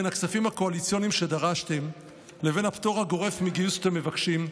בין הכספים הקואליציוניים שדרשתם לבין הפטור הגורף מגיוס שאתם מבקשים,